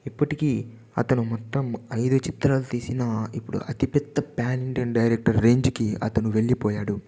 ఇప్పటికీ అతను మొత్తం ఐదు చిత్రాలు తీసిన ఇప్పుడు అతిపెద్ద ప్యాన్ ఇండియా డైరెక్టర్ రేంజ్కి అతను వెళ్ళిపోయాడు